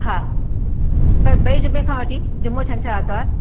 हा भाई ॿिए जुमें खां वठी जुमों छंछरु आरतवारु